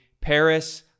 Paris